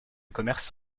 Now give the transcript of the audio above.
commerce